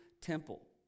temple